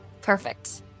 Perfect